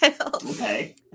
Okay